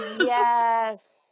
Yes